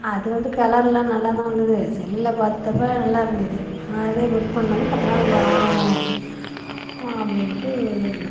அது வந்து கலரெல்லாம் நல்லா தான் இருந்தது செல்லில் பார்த்தப்போ நல்லா இருந்தது அது புக் பண்ணினதும் பத்து நாள் ஆகும் அப்படின்னுட்டு